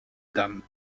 dames